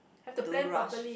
don't rush